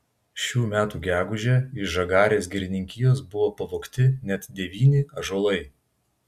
šių metų gegužę iš žagarės girininkijos buvo pavogti net devyni ąžuolai